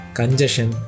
congestion